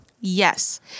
Yes